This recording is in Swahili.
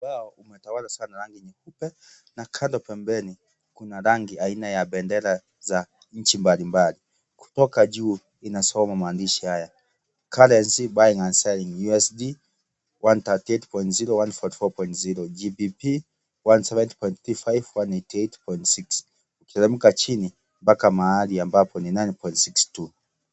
Ubao umetawala sana rangi nyeupe na kando pembeni kuna rangi aina ya bendera za nchi mbalimbali kutoka juu inasoma maandishi haya currency buying and selling USD 138.0 144.0 GPP 170.36 188.6 kuteremka chini mpaka mahali ambapo ni 9.62 .